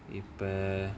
if err